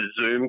Zoom